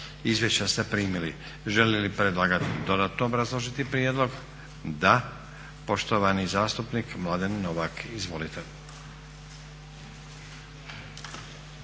Izvješća ste primili. Želi li predlagatelj dodatno obrazložiti prijedlog? Da. Poštovani zastupnik Mladen Novak. Izvolite.